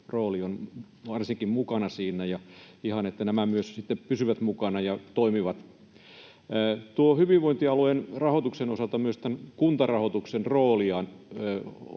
rooli on varsinkin mukana siinä, ja on ihan tärkeä, että nämä myös sitten pysyvät mukana ja toimivat. Tuon hyvinvointialueen rahoituksen osalta myös tämän Kuntarahoituksen roolijaosta: